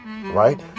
Right